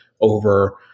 over